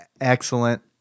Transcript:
excellent